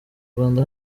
rwanda